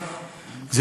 למה?